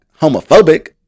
homophobic